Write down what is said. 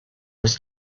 was